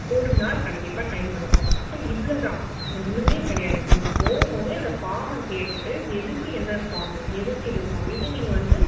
ஒருநாள் கண்டிப்பாக டைம் எடுக்கும் ஸோ இவ்வளோதான் ஒன்றுமே கிடையாது நீங்கள் போகும்போதே இந்த ஃபார்மை கேட்டுவிட்டு எதுக்கு என்ன ஃபார்மு எதுக்கு இது ஃபார்ம் இதை நீங்கள் வந்து